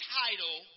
title